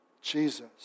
Jesus